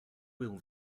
will